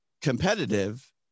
competitive